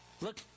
Look